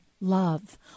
love